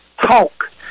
talk